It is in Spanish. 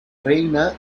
reina